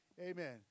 Amen